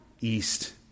east